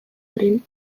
haren